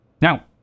now